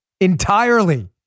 entirely